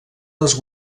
les